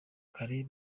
kare